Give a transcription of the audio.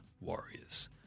Warriors